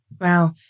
Wow